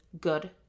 good